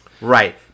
Right